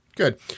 good